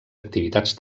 activitats